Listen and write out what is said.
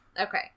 Okay